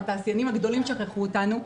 התעשיינים הגדולים שכחו אותנו.